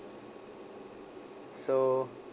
so